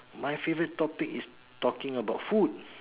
my favourite topic is talking about food